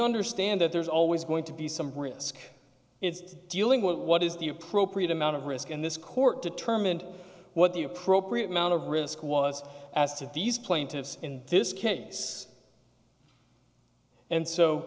understand that there's always going to be some risk it's dealing with what is the appropriate amount of risk in this court determined what the appropriate amount of risk was asked of these plaintiffs in this case and so